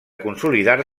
consolidar